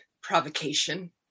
provocation